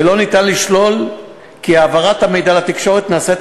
ולא ניתן לשלול כי העברת המידע לתקשורת נעשית